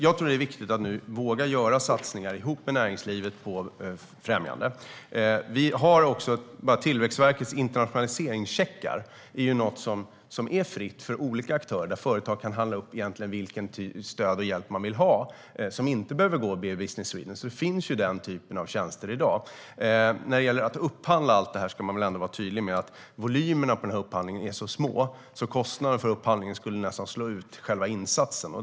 Jag tror att det är viktigt att nu våga göra satsningar ihop med näringslivet för främjande. Tillväxtverkets internationaliseringscheckar är något som är fritt för olika företag. Företag kan handla upp egentligen vilket stöd och vilken hjälp de vill ha, och de behöver inte gå via Business Sweden. Den typen av tjänster finns alltså i dag. När det gäller att upphandla allt det här vill jag vara tydlig med att volymerna på den här upphandlingen är så små att kostnaderna för upphandlingen nästan skulle slå ut själva insatsen.